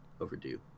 overdue